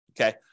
okay